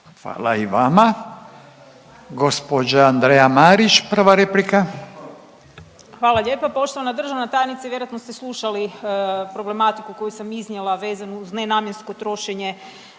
Hvala i vama. Gđa Andreja Marić, prva replika. **Marić, Andreja (SDP)** Hvala lijepa poštovana državna tajnice. Vjerojatno ste slušali problematiku koju sam iznijela vezano uz nenamjensko trošenje